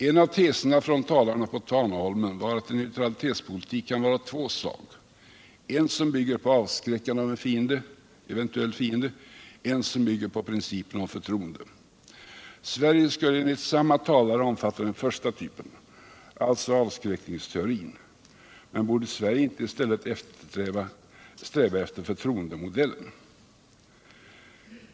En av teserna från en av talarna på Hanaholmen var att en neutralitetspolitik kan vara av två slag: en som bygger på avskräckande av en eventuell fiende och en som bygger på principen om förtroende. Sverige skulle enligt samme talare omfatta den första typen, alltså avskräckningsteorin. Men borde Sverige icke i stället sträva efter förtroendemodellen?